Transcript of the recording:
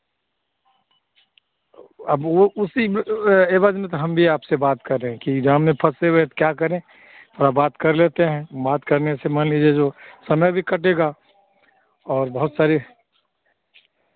अब वह उसी एवज में तो हम भी आपसे बात कर रहे हैं कि जाम में फँसे हुए हैं तो क्या करें थोड़ा बात कर लेते हैं बात करने से मान लीजिए जो समय भी कटेगा और बहुत सारी